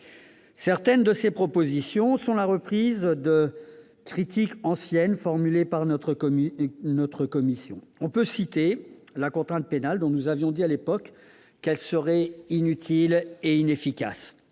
Certaines de ses propositions sont la reprise de critiques anciennes formulées par notre commission. On peut citer la contrainte pénale, dont nous avions dit à l'époque qu'elle serait inutile et inefficace.